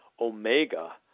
Omega